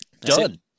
done